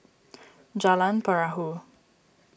Jalan Perahu